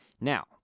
Now